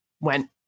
went